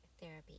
therapy